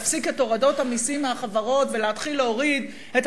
להפסיק את הורדות המסים מהחברות ולהתחיל להוריד את